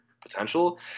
potential